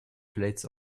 plates